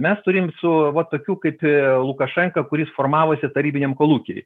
mes turim su va tokiu kaip lukašenka kuris formavosi tarybiniam kolūky